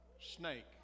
Snake